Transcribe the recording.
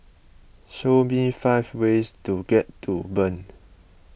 show me five ways to get to Bern